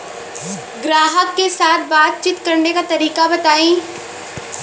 ग्राहक के साथ बातचीत करने का तरीका बताई?